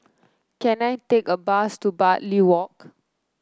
can I take a bus to Bartley Walk